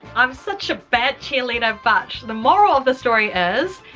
i'm such a bad cheerleader but the moral of the story is,